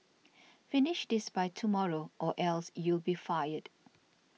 finish this by tomorrow or else you'll be fired